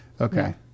okay